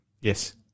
Yes